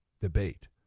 debate